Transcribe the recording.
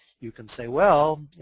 you can say well,